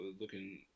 looking